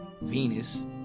venus